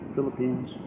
Philippines